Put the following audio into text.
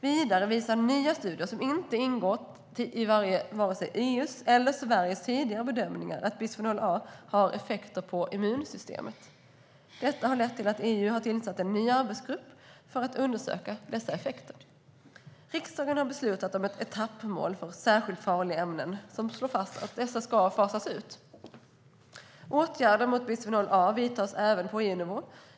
Vidare visar nya studier som inte ingått i vare sig EU:s eller Sveriges tidigare bedömning att bisfenol A har effekter på immunsystemet. Detta har lett till att EU har tillsatt en ny arbetsgrupp för att undersöka dessa effekter. Riksdagen har beslutat om ett etappmål för särskilt farliga ämnen som slår fast att dessa ska fasas ut. Åtgärder mot bisfenol A vidtas även på EU-nivå.